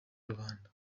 rubanda